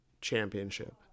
Championship